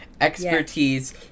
expertise